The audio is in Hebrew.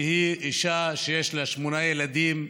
שהיא אישה שיש לה שמונה ילדים,